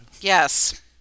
Yes